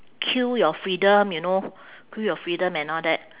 kill your freedom you know kill your freedom and all that